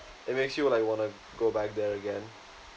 it makes you like wanna go back there again